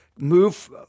move